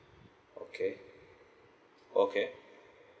okay okay